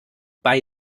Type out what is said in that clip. bei